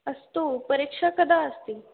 अस्तु परीक्षा कदा अस्ति